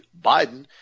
Biden